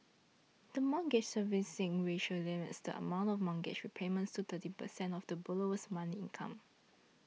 the Mortgage Servicing Ratio limits the amount for mortgage repayments to thirty percent of the borrower's monthly income